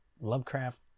Lovecraft